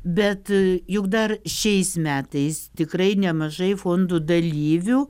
bet juk dar šiais metais tikrai nemažai fondų dalyvių